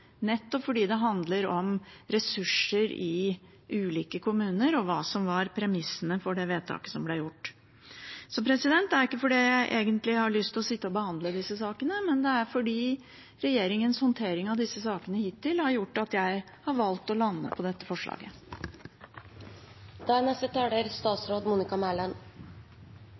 nettopp fordi det handler om ressurser i ulike kommuner, og hva som var premissene for det vedtaket som ble gjort. Det er ikke fordi jeg egentlig har lyst til å sitte og behandle disse sakene at jeg har valgt å lande på dette forslaget, men på grunn av regjeringens håndtering av disse sakene hittil.